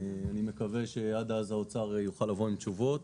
אני מקווה שעד אז האוצר יוכל לבוא עם תשובות.